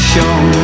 Show